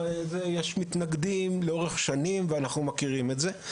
יש לאורך שנים מתנגדים, ואנחנו מכירים את זה.